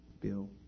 Bill